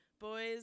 boys